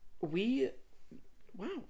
we—wow